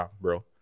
bro